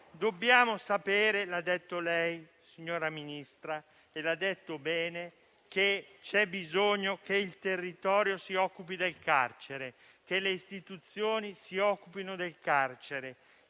Dobbiamo sapere - l'ha detto lei, signora Ministra, e l'ha detto bene - che c'è bisogno che il territorio e le istituzioni si occupino del carcere